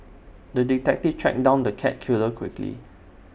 the detective tracked down the cat killer quickly